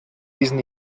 diesen